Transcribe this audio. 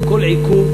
כל עיכוב,